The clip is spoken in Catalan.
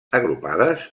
agrupades